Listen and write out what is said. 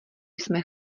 jsme